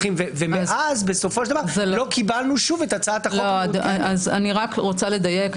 ואז בסופו של דבר א קיבלנו שוב את הצעת החוק --- אני רק רוצה לדייק.